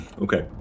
Okay